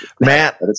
Matt